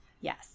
Yes